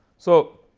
so,